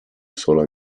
sola